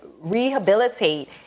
rehabilitate